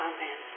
Amen